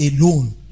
alone